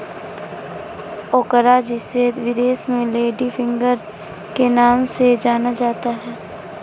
ओकरा जिसे विदेश में लेडी फिंगर के नाम से जाना जाता है